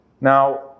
Now